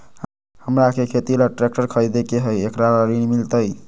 हमरा के खेती ला ट्रैक्टर खरीदे के हई, एकरा ला ऋण मिलतई?